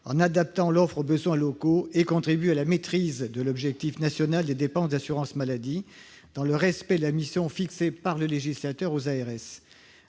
en adaptant l'offre aux besoins locaux et contribuent à la maîtrise de l'Objectif national de dépenses d'assurance maladie dans le respect de la mission fixée par le législateur aux ARS.